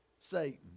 Satan